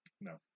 No